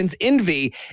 envy